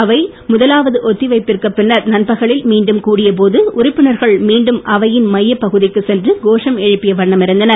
அவை முதலாவது ஒத்தி வைப்பிற்கு பின்னர் நண்பகலில் மீண்டும் கூடியபோது உறுப்பினர்கள் மீண்டும் அவையின் மையப் பகுதிக்குச் சென்று கோஷம் எழுப்பிய வண்ணம் இருந்தனர்